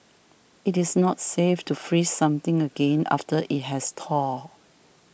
it is not safe to freeze something again after it has thawed